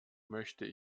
möchte